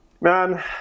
Man